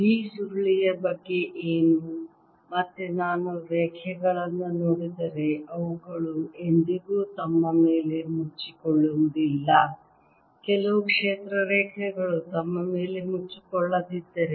B ಸುರುಳಿಯ ಬಗ್ಗೆ ಏನು ಮತ್ತೆ ನಾನು ರೇಖೆಗಳನ್ನು ನೋಡಿದರೆ ಅವುಗಳು ಎಂದಿಗೂ ತಮ್ಮ ಮೇಲೆ ಮುಚ್ಚಿಕೊಳ್ಳುವುದಿಲ್ಲ ಕೆಲವು ಕ್ಷೇತ್ರ ರೇಖೆಗಳು ತಮ್ಮ ಮೇಲೆ ಮುಚ್ಚಿಕೊಳ್ಳದಿದ್ದರೆ